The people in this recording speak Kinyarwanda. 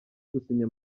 gusinya